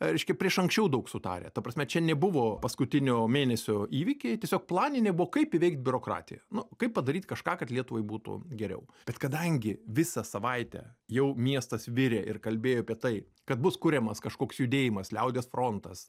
reiškia prieš anksčiau daug sutarę ta prasme čia nebuvo paskutinio mėnesio įvykiai tiesiog planinė buvo kaip įveikt biurokratiją nu kaip padaryti kažką kad lietuvai būtų geriau bet kadangi visą savaitę jau miestas virė ir kalbėjo apie tai kad bus kuriamas kažkoks judėjimas liaudies frontas